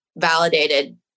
validated